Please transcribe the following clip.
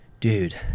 Dude